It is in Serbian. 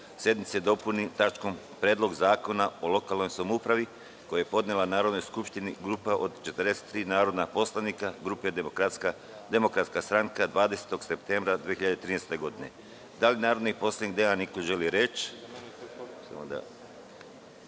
sednice dopuni tačkom – Predlog zakona o lokalnoj samoupravi, koji je podnela Narodnoj skupštini grupa od 43 narodna poslanika poslaničke grupe Demokratska stranka 20. septembra 2013. godine. Da li narodni poslanik Dejan Nikolić želi reč?